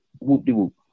whoop-de-whoop